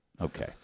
okay